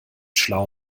schlau